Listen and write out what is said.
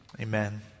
Amen